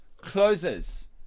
closes